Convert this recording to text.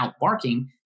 barking